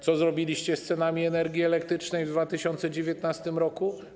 Co zrobiliście z cenami energii elektrycznej w 2019 r.